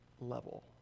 level